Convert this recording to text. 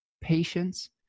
patience